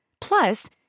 Plus